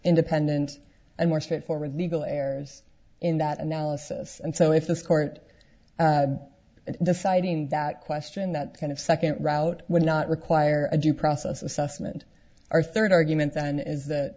independent a more straightforward legal errors in that analysis and so if this court deciding that question that kind of second route would not require a due process assessment or third argument then is that